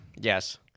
Yes